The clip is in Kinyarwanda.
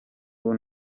ubu